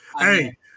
Hey